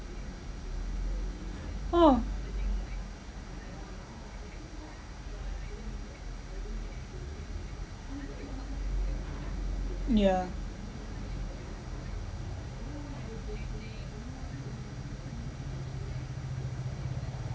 oh yeah